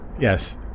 Yes